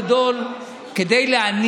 צריך להודות על האמת,